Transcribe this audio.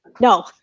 no